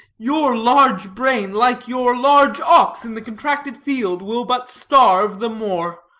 your large brain, like your large ox in the contracted field, will but starve the more.